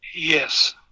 Yes